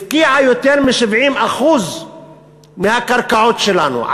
הפקיעה יותר מ-70% מהקרקעות שלנו,